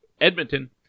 Edmonton